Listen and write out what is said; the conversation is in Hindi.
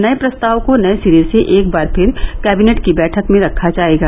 नये प्रस्ताव को नये सिरे से एक बार फिर कैबिनेट की बैठक में रखा जायेगा